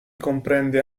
comprende